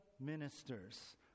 ministers